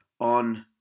on